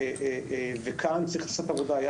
כאן צריך לעשות עבודה.